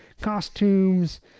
costumes